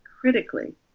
critically